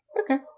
Okay